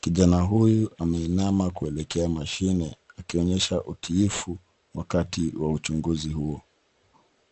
Kijana huyu ameinama kuelekea mashine akionyesha utiifu wakati wa uchunguzi huo.